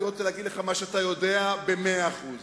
אני רוצה להגיד לך מה שאתה יודע במאה אחוז: